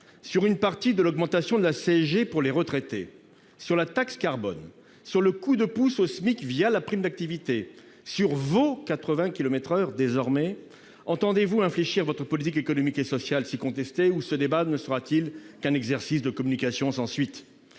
sur une partie de l'augmentation de la CSG pour les retraités, sur la taxe carbone, sur le coup de pouce au SMIC la prime d'activité et, désormais, sur vos 80 kilomètres par heure. Entendez-vous infléchir votre politique économique et sociale si contestée ou ce débat ne sera-t-il qu'un exercice de communication sans suite ?